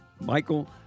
Michael